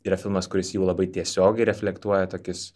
yra filmas kuris jau labai tiesiogiai reflektuoja tokius